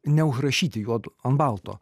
neužrašyti juodu ant balto